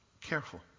careful